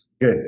Good